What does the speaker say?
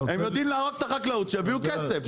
הם יודעים להרוג את החקלאות שיביאו כסף,